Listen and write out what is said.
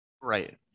Right